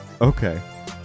Okay